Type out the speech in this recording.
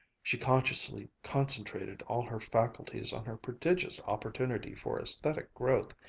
she consciously concentrated all her faculties on her prodigious opportunity for aesthetic growth,